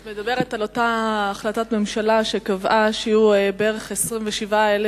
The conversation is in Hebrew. את מדברת על אותה החלטת ממשלה שקבעה שיהיו בערך 27,000